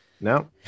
no